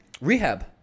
rehab